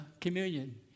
communion